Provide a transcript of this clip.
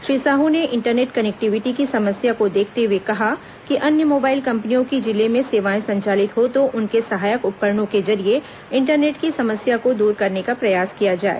श्री साहू ने internet connectivity की समस्या को देखते हुए कहा कि अन्य मोबाइल कंपनियों की जिले में सेवाएं संचालित हो तो उनके सहायक उपकरणों के जरिए इंटरनेट की समस्या को दूर करने का प्रयास किया जाए